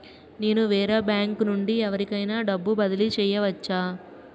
నేను వేరే బ్యాంకు నుండి ఎవరికైనా డబ్బు బదిలీ చేయవచ్చా?